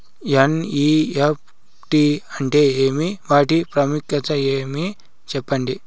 NEFT అంటే ఏమి వాటి ప్రాముఖ్యత ఏమి? సెప్పండి?